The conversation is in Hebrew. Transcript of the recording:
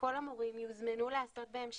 שכל המורים יוזמנו לעשות בהם שימוש,